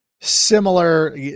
similar